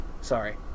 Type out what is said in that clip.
sorry